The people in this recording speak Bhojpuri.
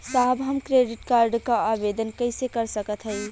साहब हम क्रेडिट कार्ड क आवेदन कइसे कर सकत हई?